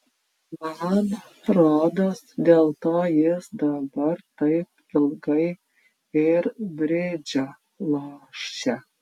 man rodos dėl to jis dabar taip ilgai ir bridžą lošia